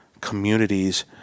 communities